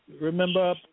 remember